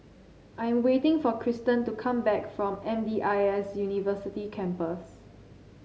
I'm waiting for Kristen to come back from M D I S University Campus